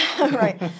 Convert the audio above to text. Right